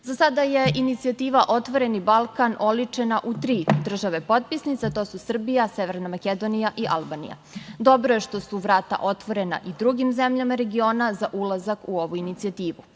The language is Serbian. sada je inicijativa – "Otvoreni Balkan" oličena u tri države potpisnice, a to su Srbija, Severna Makedonija i Albanija. Dobro je što su vrata otvorena i drugim zemljama regiona za ulazak u ovu inicijativu. Ono